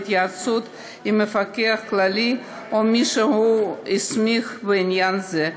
בהתייעצות עם המפקח הכללי או מי שהוא הסמיך לעניין זה,